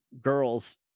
girls